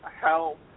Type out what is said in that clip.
help